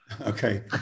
Okay